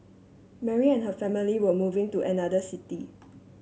Mary and her family were moving to another city